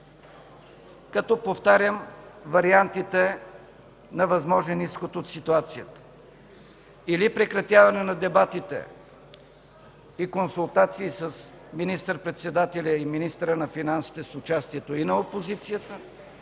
като повтарям вариантите на възможен изход от ситуацията: или прекратяване на дебатите и консултации с министър-председателя и министъра на финансите с участието и на опозицията,